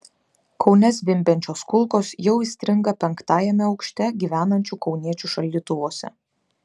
kaune zvimbiančios kulkos jau įstringa penktajame aukšte gyvenančių kauniečių šaldytuvuose